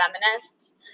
feminists